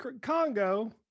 Congo